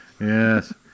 Yes